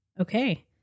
okay